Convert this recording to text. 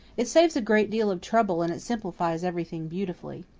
it saves a great deal of trouble and it simplifies everything beautifully.